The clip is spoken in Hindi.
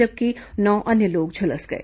जबकि नौ अन्य लोग झुलस गए